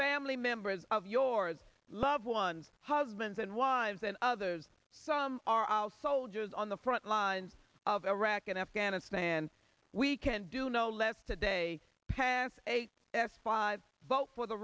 family members of your loved ones husbands and wives and others some are al soldiers on the front lines of iraq and afghanistan we can do no less today past eight x five vote for the